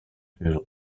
hull